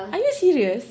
are you serious